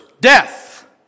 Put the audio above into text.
death